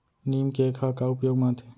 नीम cake ह का उपयोग मा आथे?